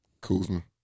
Kuzma